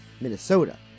Minnesota